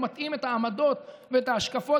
הוא מתאים את העמדות ואת ההשקפות,